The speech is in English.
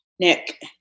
Nick